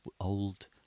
old